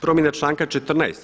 Promjena članka 14.